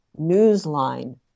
Newsline